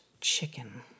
Chicken